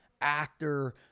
actor